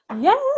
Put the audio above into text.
Yes